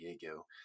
Diego